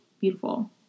beautiful